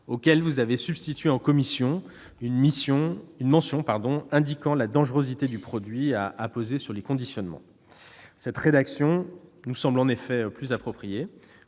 auquel vous avez substitué en commission une mention indiquant la dangerosité du produit à apposer sur les conditionnements. Cette mention nous semble en effet plus appropriée